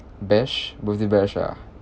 bash birthday bash ah